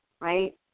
right